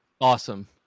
Awesome